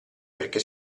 perché